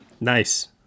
Nice